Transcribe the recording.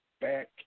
back